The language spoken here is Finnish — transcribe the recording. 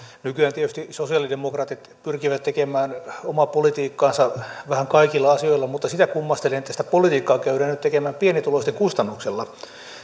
nykyään tietysti sosialidemokraatit pyrkivät tekemään omaa politiikkaansa vähän kaikilla asioilla mutta sitä kummastelen että sitä politiikkaa käydään nyt tekemään pienituloisten kustannuksella